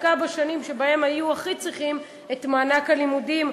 דווקא בשנים שבהן היו הכי צריכים את מענק הלימודים,